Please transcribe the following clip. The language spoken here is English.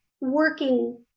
working